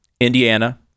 Indiana